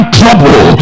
trouble